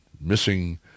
missing